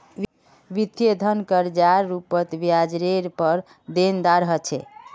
वित्तीय धन कर्जार रूपत ब्याजरेर पर देनदार ह छे